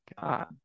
god